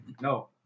No